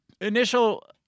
Initial